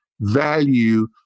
value